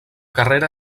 carrera